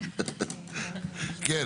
תודה.